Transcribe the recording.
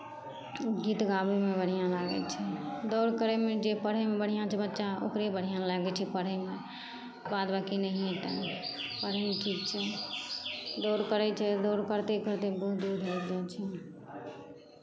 गीत गाबयमे बढ़िआँ लागै छै दौड़ करयमे जे पढ़यमे बढ़िआँ छै बच्चा ओकरे बढ़िआँ लागै छै पढ़यमे बाद बाँकी नहिए टा पढ़यके इच्छा दौड़ करै छै दौड़ करिते करिते बहुत दूर भागि जाइ छै